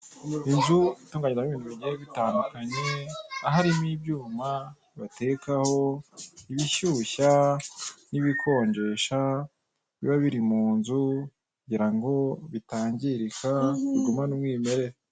Inzu itunganyirwamo ibintu bigiye bitandukanye aharimo ibyuma batekaho, ibishushya n'ibikonjesha biba biri munzu kugira ngo bitangirika bigumane umwimerere.